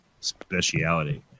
speciality